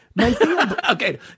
Okay